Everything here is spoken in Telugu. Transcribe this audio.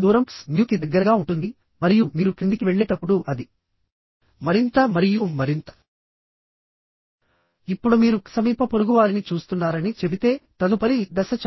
కొన్నిసార్లు గసెట్ ప్లేట్ కి అన్ని మెంబర్స్ కనెక్ట్ అవ్వకపోవచ్చు లేదా మొత్తం సిస్టం మే కనెక్ట్